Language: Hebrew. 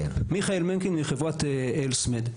אני מחברת "אלסמד".